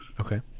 Okay